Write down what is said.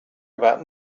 about